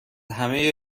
همهی